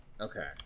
Okay